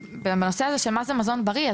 בנושא ההגדרה של מה הוא מזון בריא.